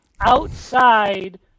outside